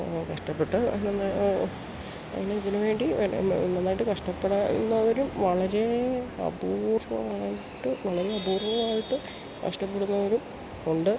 നല്ല കഷ്ടപ്പെട്ട് നമ്മള് എന്നാ ഇതിന് വേണ്ടി നന്നായിട്ട് കഷ്ടപ്പെടുന്നവര് വളരെ അപൂർവ്വമായിട്ട് വളരെ അപൂർവായിട്ട് കഷ്ടപ്പെടുന്നവരും ഉണ്ട്